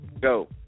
Go